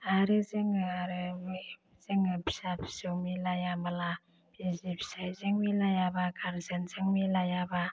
आरो जोङो आरो जोङो फिसा फिसौ मिलाइयाब्ला बिजि फिसाइजों मिलायाबा गार्डजेनजों मिलायाबा